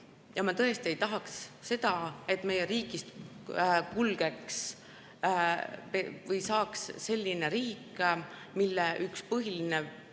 Ma tõesti ei tahaks seda, et meie riigist saaks selline riik, mille üks põhiline